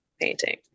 painting